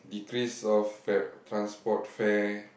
decrease of fare transport fare